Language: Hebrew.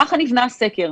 כך נבנה הסקר.